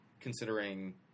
Considering